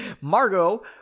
Margot